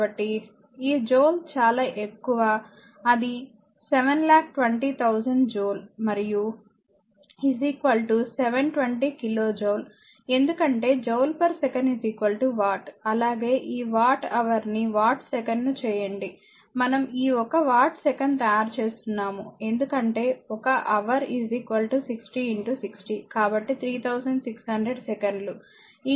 కాబట్టి ఈ జూల్ చాలా ఎక్కువ అది 720000 జూల్ మరియు 720 కిలోజౌల్ ఎందుకంటే జూల్సెకను వాట్ అలాగే ఈ వాట్ హవర్ ని వాట్ సెకను ను చేయండి మనం ఈ ఒక వాట్ సెకను తయారు చేస్తున్నాము ఎందుకంటే 1 హవర్ 60 60 కాబట్టి 3600 సెకన్లు ఈ 200 400 తో గుణించబడతాయి